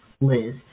Liz